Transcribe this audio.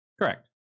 correct